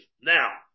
Now